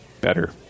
better